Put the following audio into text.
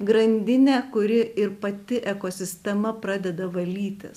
grandinė kuri ir pati ekosistema pradeda valytis